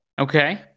Okay